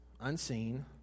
unseen